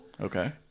Okay